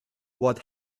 what